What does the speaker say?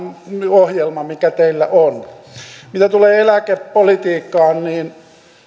ohjelma mikä teillä on mitä tulee eläkepolitiikkaan niin